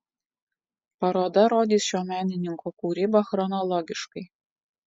paroda rodys šio menininko kūrybą chronologiškai